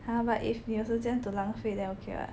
!huh! but if you have 时间 to 浪费 then okay what